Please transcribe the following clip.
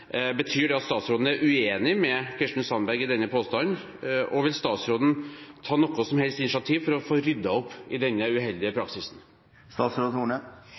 Betyr det at statsråden er uenig med Kirsten Sandberg i denne påstanden, og vil statsråden ta noe som helst initiativ til å få ryddet opp i denne uheldige praksisen?